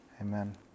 Amen